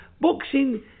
boxing